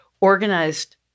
organized